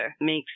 makes